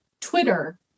Twitter